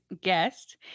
guest